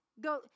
Go